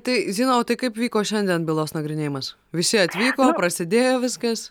tai zina o tai kaip vyko šiandien bylos nagrinėjimas visi atvyko prasidėjo viskas